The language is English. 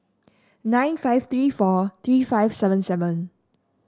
nine five three four three five seven seven